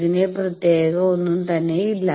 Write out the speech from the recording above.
ഇതിന് പ്രത്യേകത ഒന്നും തന്നെ ഇല്ല